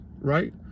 right